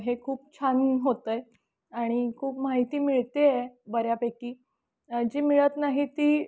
हे खूप छान होत आहे आणि खूप माहिती मिळते आहे बऱ्यापैकी जी मिळत नाही ती